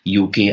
UK